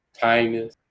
Kindness